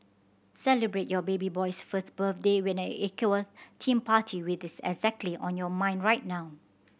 celebrate your baby boy's first birthday with an aqua theme party with this exactly on your mind right now